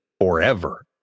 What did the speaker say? forever